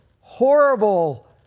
horrible